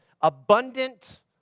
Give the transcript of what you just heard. Abundant